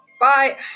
Bye